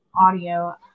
audio